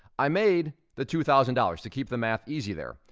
i made the two thousand dollars, to keep the math easy there.